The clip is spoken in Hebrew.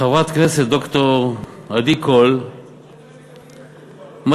חברת הכנסת ד"ר עדי קול, מצפונית,